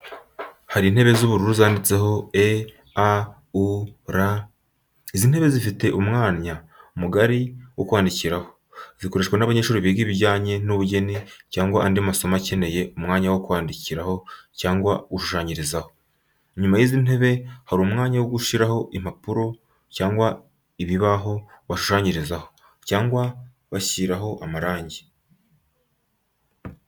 Hari intebe z’ubururu zanditseho “E.A.U.R” Izi ntebe zifite umwanya mugari wo kwandikiraho, zikoreshwa n’abanyeshuri biga ibijyanye n’ubugeni cyangwa andi masomo akeneye umwanya wo kwandikiraho cyangwa gushushanyirizaho. Inyuma y’izi ntebe hari umwanya wo gushyiraho impapuro cyangwa ibibaho bashushanyirizaho, cyangwa bashyiraho irangi.